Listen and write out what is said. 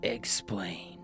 Explain